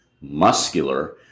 muscular